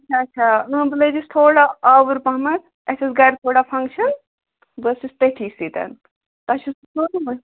اچھا اچھا بہٕ لٔجِس تھوڑا آوُر پَہمَتھ اَسہِ ٲس گَرِ تھوڑا فَنٛگشَن بہٕ ٲسٕس تٔتھی سۭتۍ تۄہہِ چھُ